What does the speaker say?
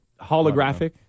Holographic